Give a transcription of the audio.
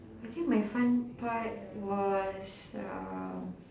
I think my fun part was um